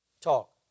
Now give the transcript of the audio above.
talk